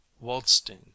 Waldstein